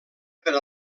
per